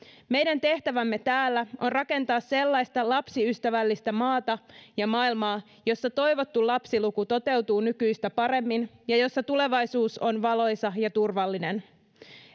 meidän tehtävämme täällä on rakentaa sellaista lapsiystävällistä maata ja maailmaa jossa toivottu lapsiluku toteutuu nykyistä paremmin ja jossa tulevaisuus on valoisa ja turvallinen